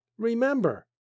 Remember